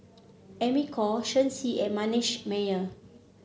Amy Khor Shen Xi and Manasseh Meyer